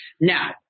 Now